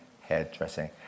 hairdressing